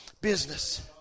business